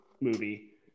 movie